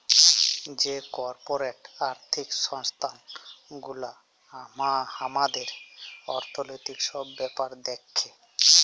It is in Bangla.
যে কর্পরেট আর্থিক সংস্থান গুলা হামাদের অর্থনৈতিক সব ব্যাপার দ্যাখে